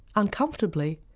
uncomfortably,